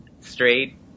straight